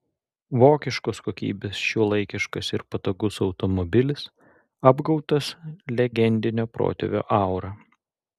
vokiškos kokybės šiuolaikiškas ir patogus automobilis apgaubtas legendinio protėvio aura